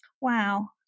Wow